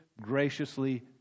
graciously